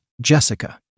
Jessica